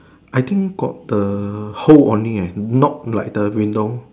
I think got the hole only leh not like the window